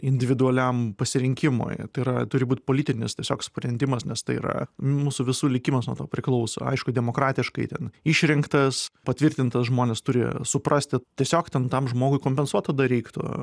individualiam pasirinkimui tai yra turi būt politinis tiesiog sprendimas nes tai yra mūsų visų likimas nuo to priklauso aišku demokratiškai ten išrinktas patvirtintas žmonės turi suprasti tiesiog ten tam žmogui kompensuot tada reiktų